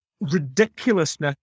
ridiculousness